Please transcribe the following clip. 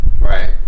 Right